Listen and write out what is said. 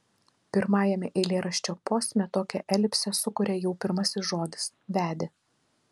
pirmajame eilėraščio posme tokią elipsę sukuria jau pirmasis žodis vedė